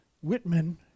Whitman